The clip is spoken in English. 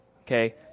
okay